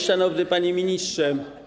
Szanowny Panie Ministrze!